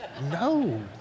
No